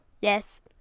yes